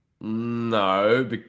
no